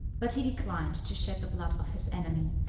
but he declined to shed the blood of his enemy,